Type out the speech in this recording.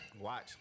Watch